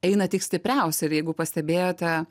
eina tik stipriausi ir jeigu pastebėjote